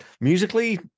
musically